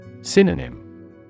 Synonym